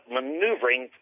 maneuvering